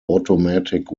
automatic